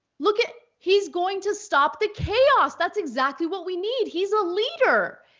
look at he's going to stop the chaos. that's exactly what we need. he's a leader.